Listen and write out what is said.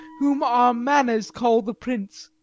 whom our manners call the prince.